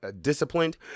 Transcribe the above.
disciplined